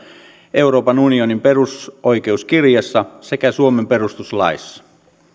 euroopan unionin perusoikeuskirjassa sekä suomen perustuslaissa